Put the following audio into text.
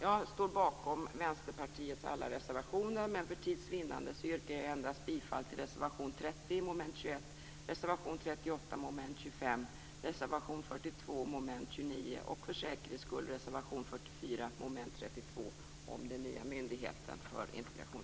Jag står bakom Vänsterpartiets alla reservationer, men för tids vinnande yrkar jag endast bifall till reservation 30 under mom. 21, reservation